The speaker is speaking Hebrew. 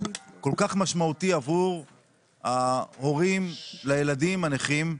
כל כך משמעותי עבור ההורים לילדים הנכים.